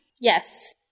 Yes